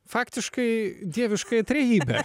faktiškai dieviškąja trejybe